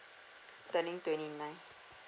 turning twenty nine